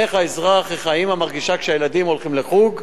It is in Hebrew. איך האמא מרגישה כשהילדים הולכים לחוג,